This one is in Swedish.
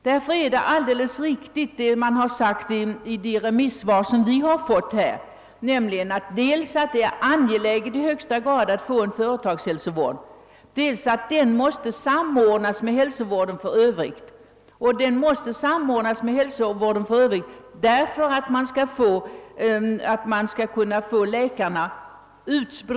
Därför är det, såsom man har sagt i de remissvar som utskottet har fått, i högsta grad angeläget att företagshälsovården utbyggs och att den samordnas med hälsovården i Övrigt, så att läkarna blir bättre utspridda över hela hälsovården — det råder ju brist på läkare.